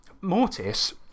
Mortis